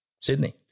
Sydney